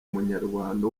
munyarwanda